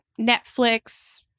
Netflix